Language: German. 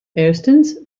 erstens